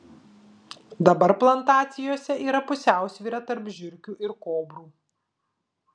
dabar plantacijose yra pusiausvyra tarp žiurkių ir kobrų